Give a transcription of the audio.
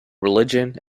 religion